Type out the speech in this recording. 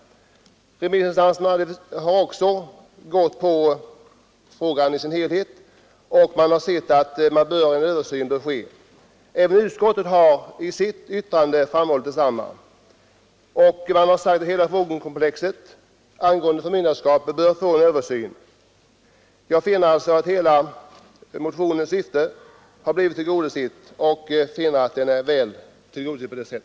Remissinstanserna har också bedömt frågan i dess helhet och man har ansett att en översyn av hithörande problem bör göras. Utskottet har i sitt betänkande framhållit detsamma. Man har sagt att hela frågekomplexet angående förmynderskap bör få en översyn. Jag finner alltså att motionens hela syfte har blivit väl tillgodosett.